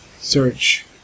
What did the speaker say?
search